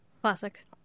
Classic